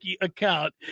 account